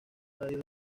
radio